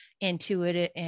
intuitive